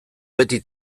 beti